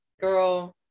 Girl